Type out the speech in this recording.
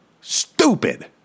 Stupid